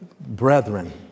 brethren